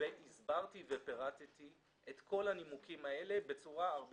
שבו הסברתי ופירטתי את כל הנימוקים האלה בצורה הרבה